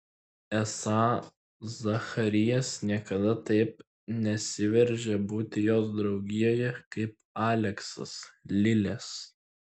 esą zacharijas niekada taip nesiveržia būti jos draugijoje kaip aleksas lilės